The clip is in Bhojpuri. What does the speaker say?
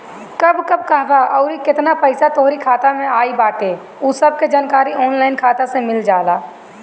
कब कब कहवा अउरी केतना पईसा तोहरी खाता में आई बाटे उ सब के जानकारी ऑनलाइन खाता से मिल जाला